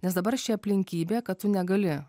nes dabar ši aplinkybė kad tu negali